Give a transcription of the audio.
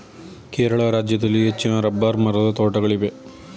ಕೇರಳ ರಾಜ್ಯದಲ್ಲಿ ಹೆಚ್ಚಿನ ರಬ್ಬರ್ ಮರದ ತೋಟಗಳಿವೆ